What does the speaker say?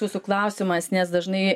jūsų klausimas nes dažnai